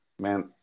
man